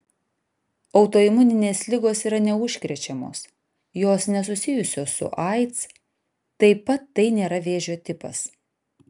autoimuninės ligos yra neužkrečiamos jos nesusijusios su aids taip pat tai nėra vėžio tipas